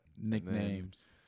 Nicknames